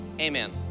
amen